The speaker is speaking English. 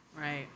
Right